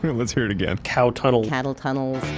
let's hear it again cow tunnel cattle tunnels